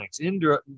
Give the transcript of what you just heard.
Indra